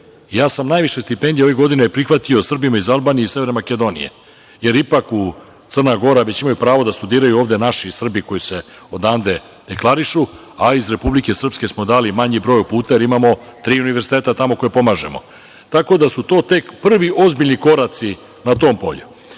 Ja sam najviše stipendija ove godine prihvatio Srbima iz Albanije i Severne Makedonije, jer ipak Crna Gora imaju prava da studiraju ovde naši Srbi, koji se odande deklarišu, a iz Republike Srpske smo dali manji broj, jer imamo tri univerziteta tamo koja pomažemo. Tako da su to tek prvi ozbiljni koraci na tom polju. Ne